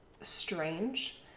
strange